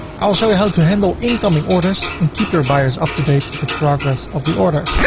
i'll show you how to handle incoming orders and keep your buyers up to date with the progress of the order.